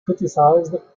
criticized